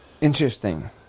Interesting